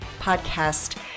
podcast